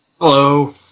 Hello